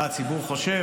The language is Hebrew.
מה הציבור חושב.